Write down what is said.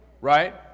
right